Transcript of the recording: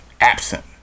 absent